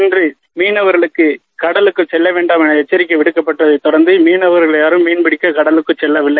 இன்று மீனவர்களுக்கு கடலுக்கு செல்லவேண்டாம் என எச்சரிக்கை விடுக்கப்பட்டுள்ளதால் மீனவர்கள் யாரும் மீன்பிடிக்க செல்லவில்லை